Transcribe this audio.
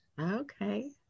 Okay